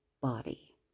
body